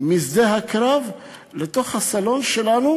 משדה הקרב לתוך הסלון שלנו